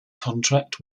contract